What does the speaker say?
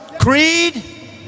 creed